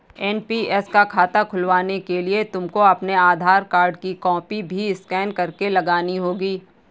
NPS का खाता खुलवाने के लिए तुमको अपने आधार कार्ड की कॉपी भी स्कैन करके लगानी होगी